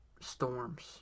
storms